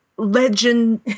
Legend